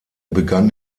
begann